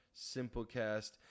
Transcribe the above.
Simplecast